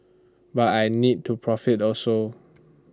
but I need to profit also